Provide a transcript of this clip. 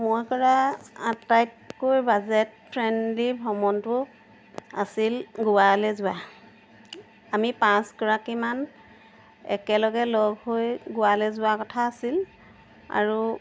মই কৰা আটাইতকৈ বাজেট ফ্ৰেণ্ডলি ভ্ৰমণটো আছিল গোৱালৈ যোৱা আমি পাঁচগৰাকীমান একেলগে লগ হৈ গোৱালৈ যোৱাৰ কথা আছিল আৰু